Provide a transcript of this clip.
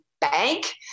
bank